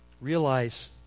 Realize